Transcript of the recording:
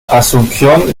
asunción